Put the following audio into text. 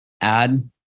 add